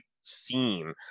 scene